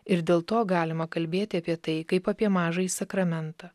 ir dėl to galima kalbėti apie tai kaip apie mažąjį sakramentą